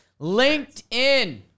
LinkedIn